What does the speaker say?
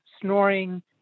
snoring